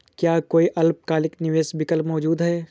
क्या कोई अल्पकालिक निवेश विकल्प मौजूद है?